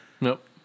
Nope